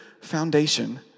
foundation